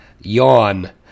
Yawn